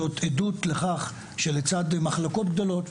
זאת עדות לכך שלצד מחלוקות גדולות,